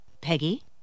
Peggy